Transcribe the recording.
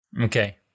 Okay